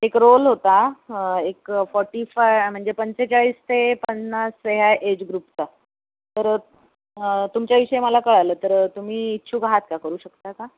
एक रोल होता एक फॉर्टी फाय म्हणजे पंचेचाळीस ते पन्नास ह्या एज ग्रूपचा तर तुमच्याविषयी आम्हाला कळालं तर तुम्ही इच्छुक आहात का करू शकता का